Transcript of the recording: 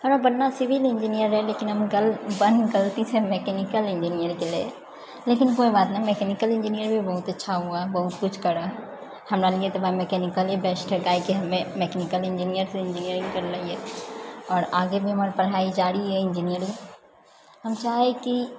हमरा बनना civil engineer रहै लेकिन हम बन गलतीसँ मैकेनिकल इंजीनियर गेले लेकिन कोइ बात नहि मैकेनिकल इंजीनियर भी बहुत अच्छा हुअए है बहुत किछु करै है हमरा लिए तऽ भाय मैकेनिकले बेस्ट है काहे कि हम मैकेनिकल इंजीनियर से इंजीनियरिंग करले हियै आओर आगे भी हमर पढ़ाइ जारी अइ इंजीनियरिंग हम चाहै की